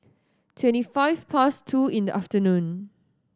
twenty five past two in the afternoon